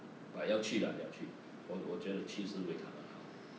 but 要去 lah 要去我我觉得去是为他们好